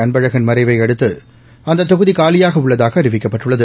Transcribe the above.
அன்பழகன் மறைவை அடுத்து அந்த தொகுதி காலியாக உள்ளதாக அறிவிக்கப்பட்டுள்ளது